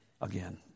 Again